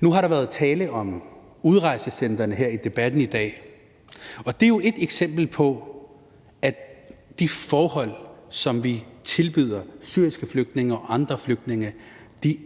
Nu har der været talt om udrejsecentrene her i debatten i dag, og det er jo et eksempel på, at de forhold, som vi tilbyder syriske flygtninge og andre flygtninge,